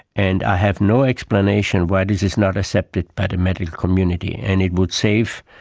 and i have no explanation why this is not accepted by the medical community. and it would save,